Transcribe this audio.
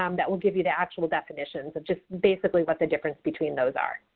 um that will give you the actual definition. so, just basically what the difference between those are.